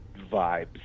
vibes